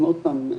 עוד פעם,